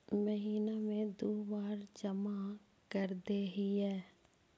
महिना मे दु बार जमा करदेहिय?